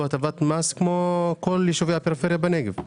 הטבת מס כמו כל יישובי הפריפריה בנגב.